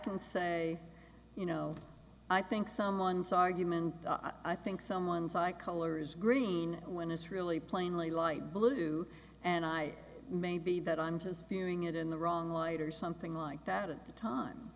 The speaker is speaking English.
can say you know i think someone's argument i think someone's eye color is green when it's really plainly light blue and i may be that i'm his hearing it in the wrong light or something like that at the time